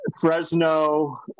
Fresno